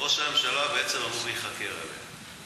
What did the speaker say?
ראש הממשלה אמור להיחקר עליה.